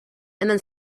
then